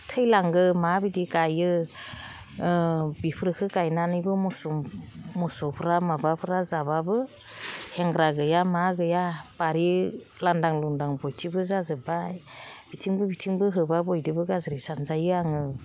थैलाङो माबायदि गायो बेफोरखौ गायनानैबो मोसौफ्रा माबाफोरा जाबाबो हेंग्रा गैया मा गैया बारि लांदां लुंदां बयथिंबो जाजोब्बाय बिथिंबो बिथिंबो होबा बयजोंबो गाज्रि सानजायो आङो